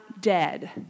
dead